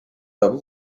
them